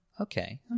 Okay